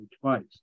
twice